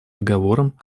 договором